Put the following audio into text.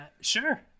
sure